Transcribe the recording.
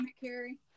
Carrie